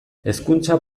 hezkuntza